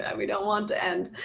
and we don't want to end,